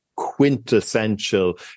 Quintessential